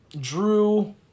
Drew